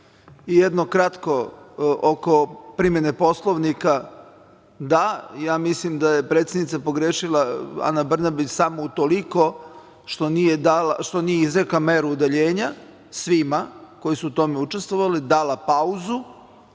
zabuna. Jedno kratko, oko primene Poslovnika. Da, ja mislim da je predsednica pogrešila, Ana Brnabić samo toliko što nije izrekla meru udaljenja svima koji su u tome učestvovali, dala pauzu.